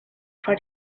for